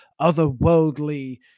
otherworldly